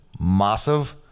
massive